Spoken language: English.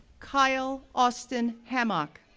kyle austin hammock,